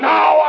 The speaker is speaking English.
Now